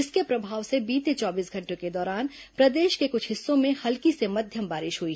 इसके प्रभाव से बीते चौबीस घंटों के दौरान प्रदेश के कुछ हिस्सों में हल्की से मध्यम बारिश हई